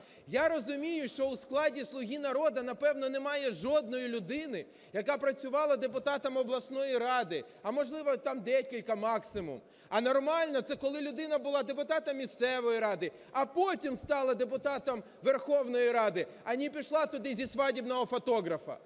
Я розумію, що у складі "Слуги народу", напевно, немає жодної людини, яка працювала депутатом обласної ради, а можливо, там декілька – максимум. А нормально – це коли людина була депутатом місцевої ради, а потім стала депутатом Верховної Ради, а не пішла туди зі свадебного фотографа.